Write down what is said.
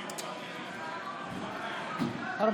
התשפ"ב 2022, לוועדת ביטחון הפנים נתקבלה.